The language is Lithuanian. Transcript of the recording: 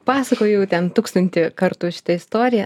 pasakojau ten tūkstantį kartų šitą istoriją